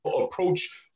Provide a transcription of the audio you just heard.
approach